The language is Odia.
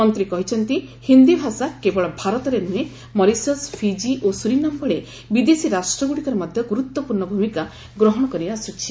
ମନ୍ତ୍ରୀ କହିଛନ୍ତି ହିନ୍ଦୀ ଭାଷା କେବଳ ଭାରତରେ ନୁହେଁ ମରିସସ୍ ଫିକି ଓ ସୁରିନାମ୍ ଭଳି ବିଦେଶୀ ରାଷ୍ଟ୍ରଗୁଡ଼ିକରେ ମଧ୍ୟ ଗୁରୁତ୍ୱପୂର୍ଣ୍ଣ ଭୂମିକା ଗ୍ରହଣ କରିଆସୁଛି